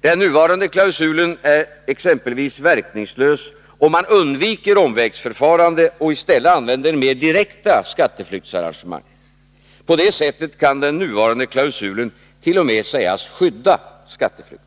Den nuvarande klausulen är exempelvis verkningslös om man undviker omvägsförfarande och i stället använder mer direkta skatteflyktsarrangemang. På det viset kan den nuvarande klausulen t.o.m. sägas skydda skatteflykt.